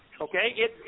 Okay